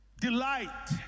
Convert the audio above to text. delight